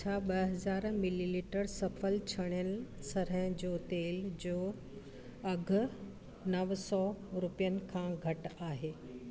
छा ॿ हज़ार मिलीलीटर सफल छणियल सरिहं जो तेल जो अघि नव सौ रुपियनि खां घटि आहे